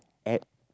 add